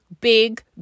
big